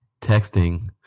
Texting